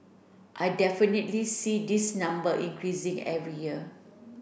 I definitely see this number increasing every year